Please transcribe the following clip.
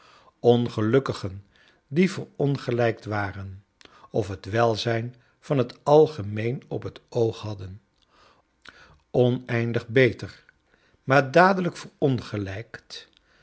ongelukkigen die verongelijkt waren of het welzijn van het algemeen op het oog hadden oneindig beter maar dadelijk